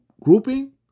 grouping